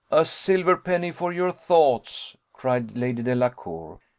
a silver penny for your thoughts! cried lady delacour.